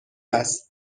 است